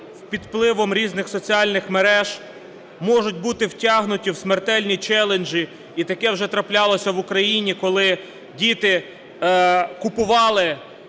під впливом різних соціальних мереж можуть бути втягнуті в смертельні челенджі. І таке вже траплялося в Україні, коли діти купували